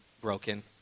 broken